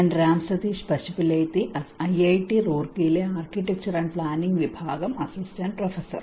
ഞാൻ രാം സതീഷ് പശുപുലേത്തി ഐഐടി റൂർക്കിയിലെ architecture and planning വിഭാഗം അസിസ്റ്റന്റ് പ്രൊഫസർ